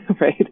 Right